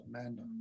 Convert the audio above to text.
Amanda